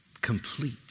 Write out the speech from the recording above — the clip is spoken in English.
complete